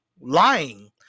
lying